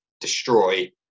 destroy